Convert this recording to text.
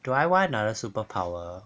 do I want another superpower